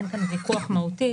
אין כאן ויכוח מהותי.